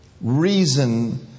reason